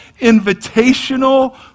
invitational